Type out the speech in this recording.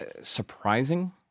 surprising